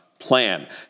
plan